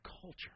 culture